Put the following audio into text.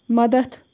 مدد